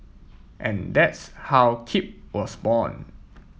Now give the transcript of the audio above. and that's how Keep was born